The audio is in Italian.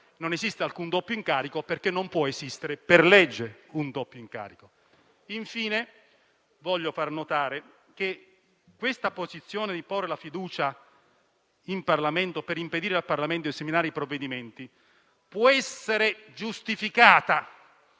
non esiste alcun doppio incarico perché non può esistere per legge. Infine, voglio far notare che la decisione di porre la fiducia per impedire al Parlamento di esaminare i provvedimenti può essere giustificata